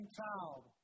child